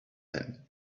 man